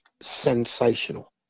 sensational